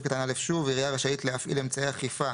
(א) "העירייה רשאית להפעיל אמצעי אכיפה